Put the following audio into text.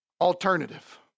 alternative